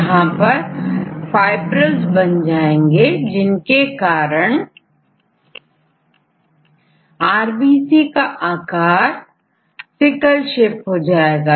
यहां पर फाइब्रिल्स बन जाएंगे जिनके कारणआरबीसी का आकार सिकल शेप हो जाएगा